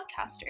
podcaster